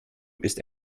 ist